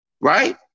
Right